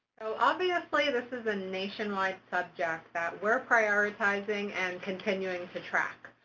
so obviously this is a nationwide subject that we're prioritizing and continuing to track.